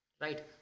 Right